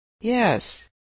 Yes